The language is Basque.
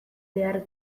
behar